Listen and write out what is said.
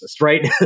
right